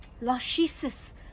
Lachesis